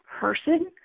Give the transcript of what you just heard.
person